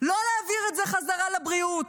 לא להעביר את זה חזרה לבריאות,